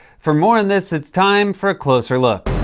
for more on this, it's time for a closer look.